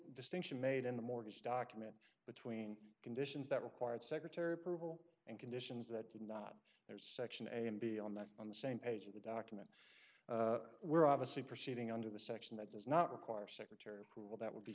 distinction made in the mortgage document between conditions that required secretary provable and conditions that did not theirs section a and b on that on the same page of the document were obviously proceeding under the section that does not require secretary approval that would be